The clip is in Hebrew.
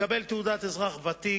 מקבל תעודת אזרח ותיק,